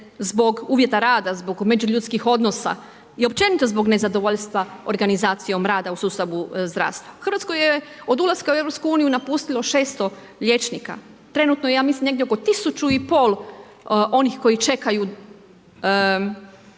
zbog uvjeta rada, zbog međuljudskih odnosa i općenito zbog nezadovoljstva organizacijom rada u sustavu zdravstva. Hrvatsku je od ulaska u EU napustilo 600 liječnika. Trenutno ja mislim negdje oko 1500 onih koji čekaju